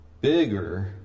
bigger